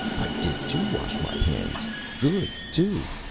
i did too, wash my hands. good, too.